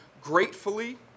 gratefully